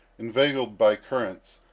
inveigled by currents,